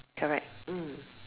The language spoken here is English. correct mm